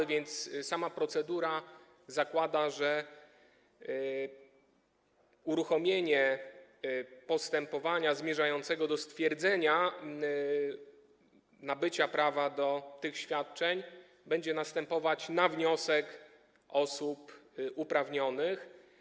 A więc sama procedura zakłada, że uruchomienie postępowania zmierzającego do stwierdzenia nabycia prawa do tych świadczeń będzie następować na wniosek osób uprawnionych.